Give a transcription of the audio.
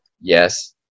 yes